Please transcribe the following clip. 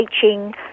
teaching